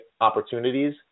opportunities